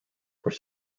were